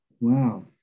Wow